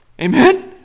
Amen